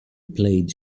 plaid